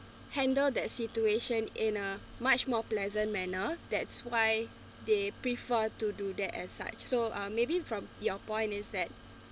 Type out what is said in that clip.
handle that situation in a much more pleasant manner that's why they prefer to do that as such so uh maybe from your point is that